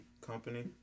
Company